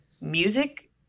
music